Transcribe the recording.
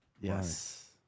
Yes